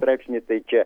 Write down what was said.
straipsnį tai čia